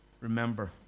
Remember